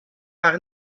par